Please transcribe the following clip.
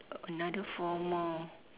another four more